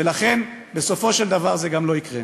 ולכן בסופו של דבר זה גם לא יקרה.